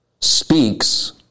speaks